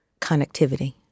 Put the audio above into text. connectivity